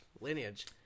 lineage